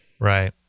Right